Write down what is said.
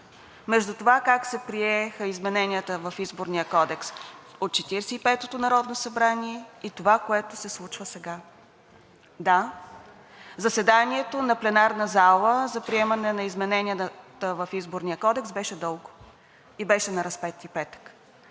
между това как се приеха измененията в Изборния кодекс от Четиридесет и петото народно събрание и това, което се случва сега. Да, заседанието на пленарната зала за приемане на измененията в Изборния кодекс беше дълго и беше на Разпети петък.